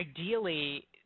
ideally